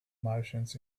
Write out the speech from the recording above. martians